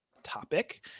topic